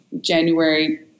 January